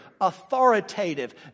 authoritative